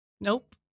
Nope